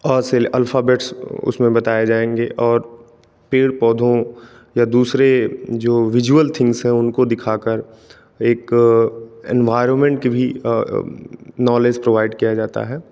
आ से अल्फाबेट्स उसमें बताए जाएंगे और पेड़ पौधों या दूसरे जो विज़वल थिंग्स है उनको दिखा कर एक एनवायरमेंट की भी नॉलेज प्रोवाइड किया जाता है